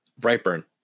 Brightburn